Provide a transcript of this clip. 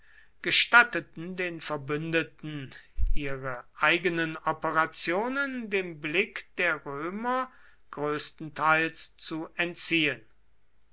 gestatteten den verbündeten ihre eigenen operationen dem blick der römer größtenteils zu entziehen